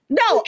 no